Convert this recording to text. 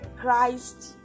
Christ